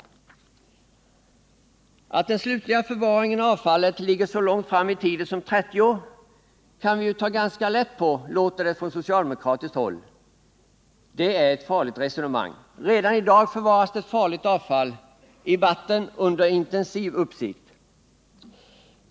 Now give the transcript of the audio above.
Att den slutliga förvaringen av avfallet ligger så långt fram i tiden som 30 år kan vi ju ta ganska lätt på, låter det från socialdemokratiskt håll. Det är ett farligt resonemang. Redan i dag förvaras det farligt avfall i vatten under intensiv uppsikt.